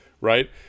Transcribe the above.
Right